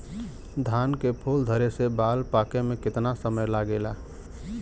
धान के फूल धरे से बाल पाके में कितना समय लागेला?